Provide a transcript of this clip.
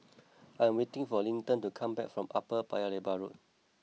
I am waiting for Linton to come back from Upper Paya Lebar Road